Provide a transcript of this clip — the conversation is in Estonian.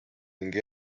ning